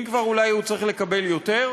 אם כבר, אולי הוא צריך לקבל יותר?